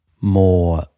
more